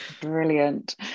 brilliant